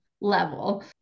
level